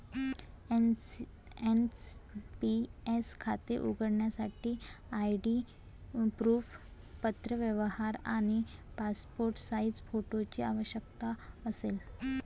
NPS खाते उघडण्यासाठी ID proof, पत्रव्यवहार आणि पासपोर्ट साइज फोटोची आवश्यकता असेल